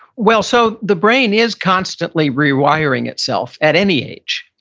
well, so the brain is constantly rewiring itself at any age.